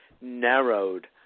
narrowed